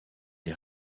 les